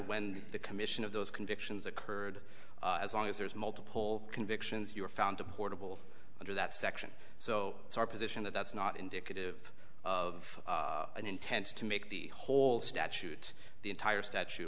when the commission of those convictions occurred as long as there's multiple convictions you're found deportable under that section so it's our position that that's not indicative of an intent to make the whole statute the entire statu